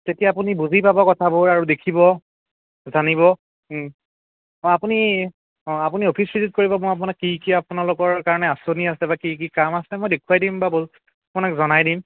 তেতিয়া আপুনি বুজি পাব কথাবোৰ আৰু দেখিব জানিব অঁ আপুনি অঁ আপুনি অফিচ ভিজিট কৰিব মই আপোনাক কি কি আপোনালোকৰ কাৰণে আঁচনি আছে বা কি কি কাম আছে মই দেখুৱাই দিম বা ব'ল আপোনাক জনাই দিম